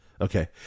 Okay